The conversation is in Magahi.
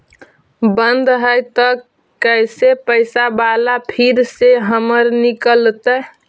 बन्द हैं त कैसे पैसा बाला फिर से हमर निकलतय?